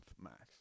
Max